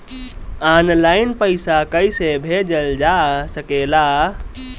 आन line पईसा कईसे भेजल जा सेकला?